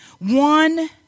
One